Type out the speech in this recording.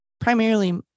primarily